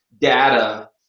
data